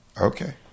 okay